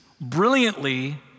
brilliantly